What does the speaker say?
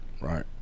Right